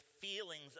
feelings